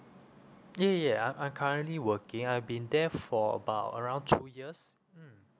yeah yeah I I'm currently working I've been there for about around two years mm